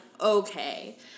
okay